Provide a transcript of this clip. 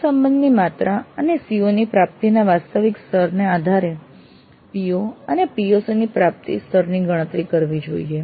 સહસંબંધની માત્ર અને CO ની પ્રાપ્તિના વાસ્તવિક સ્તરના આધારે PO અને PSO ના પ્રાપ્તિ સ્તરની ગણતરી કરવી જોઈએ